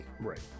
Right